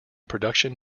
production